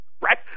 right